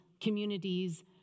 communities